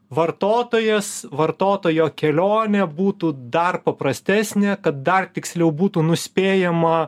vartotojas vartotojo kelionė būtų dar paprastesnė kad dar tiksliau būtų nuspėjama